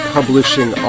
Publishing